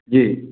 जी